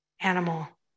animal